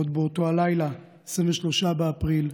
עוד באותו הלילה, 23 באפריל,